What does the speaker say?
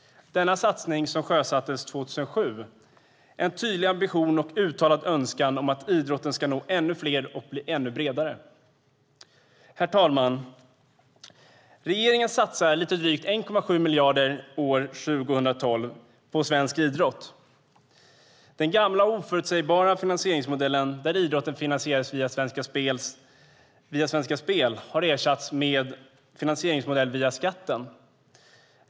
Denna satsning, som sjösattes 2007, är en tydlig ambition och uttalad önskan om att idrotten ska nå ännu fler och bli ännu bredare. Herr talman! Regeringen satsar lite drygt 1,7 miljarder år 2012 på svensk idrott. Den gamla, oförutsägbara finansieringsmodellen där idrotten finansierades via Svenska Spel har ersatts av en modell med finansiering via skatten.